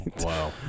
wow